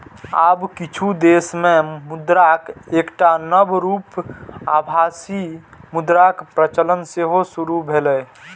आब किछु देश मे मुद्राक एकटा नव रूप आभासी मुद्राक प्रचलन सेहो शुरू भेलैए